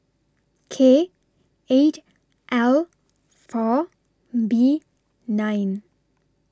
K eight L four B nine